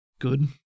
good